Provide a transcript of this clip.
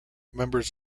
members